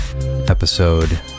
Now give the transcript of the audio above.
episode